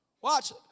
Watch